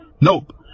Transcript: Nope